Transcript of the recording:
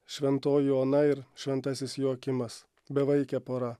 šventoji ona ir šventasis joakimas bevaikė pora